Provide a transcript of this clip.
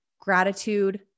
gratitude